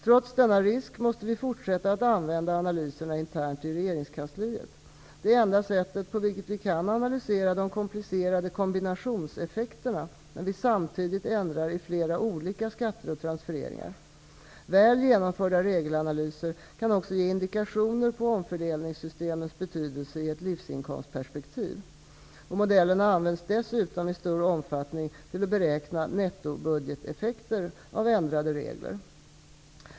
Trots denna risk måste vi fortsätta att använda analyserna internt i regeringskansliet. Det är enda sättet på vilket vi kan analysera de komplicerade kombinationseffekterna när vi samtidigt ändrar i flera olika skatter och transfereringar. Väl genomförda regelanalyser kan också ge indikationer på omfördelningssystemens betydelse i ett livsinkomstperspektiv. Modellerna används dessutom i stor omfattning till att beräkna nettobudgeteffekter av ändrade regler.